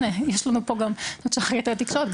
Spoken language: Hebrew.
הנה יש לנו פה גם את זאת שאחראית על התקשורת,